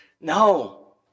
no